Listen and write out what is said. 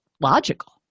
logical